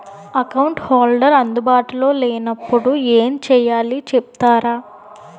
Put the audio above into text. Account holder అందు బాటులో లే నప్పుడు ఎం చేయాలి చెప్తారా?